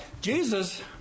Jesus